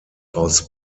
aus